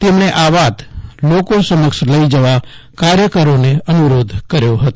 તેમણે આ વાત લોકો સમક્ષ લઇ જવા કાર્યકરોને અનુરોધ કર્યો હતો